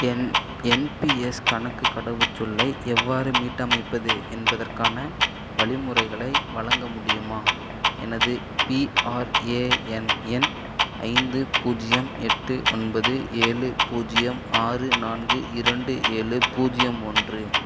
என் N P S கணக்கு கடவுச்சொல்லை எவ்வாறு மீட்டமைப்பது என்பதற்கான வழிமுறைகளை வழங்க முடியுமா எனது பிஆர்ஏஎன் எண் ஐந்து பூஜ்ஜியம் எட்டு ஒன்பது ஏழு பூஜ்ஜியம் ஆறு நான்கு இரண்டு ஏழு பூஜ்ஜியம் ஒன்று